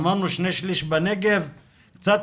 אמרנו שני שלישים בנגב אבל יש עוד קצת